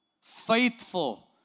faithful